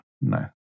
no